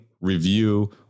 review